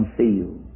field